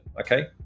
Okay